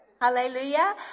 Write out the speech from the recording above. Hallelujah